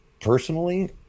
personally